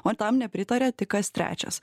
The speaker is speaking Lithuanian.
o tam nepritaria tik kas trečias